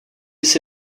jsi